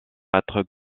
être